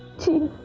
to